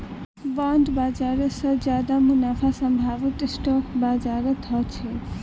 bond बाजार स ज्यादा मुनाफार संभावना स्टॉक बाजारत ह छेक